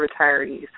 retirees